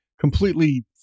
completely